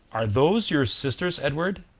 are those your sisters, edward?